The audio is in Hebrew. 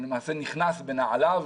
למעשה אני נכנס בנעליו